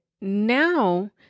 now